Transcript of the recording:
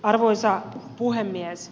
arvoisa puhemies